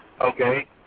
Okay